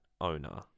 owner